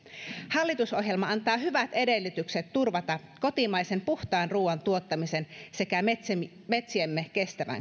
hallitusohjelma antaa hyvät edellytykset turvata kotimaisen puhtaan ruuan tuottaminen sekä metsiemme kestävä